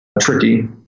tricky